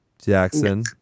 Jackson